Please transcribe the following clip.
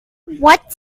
what